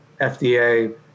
FDA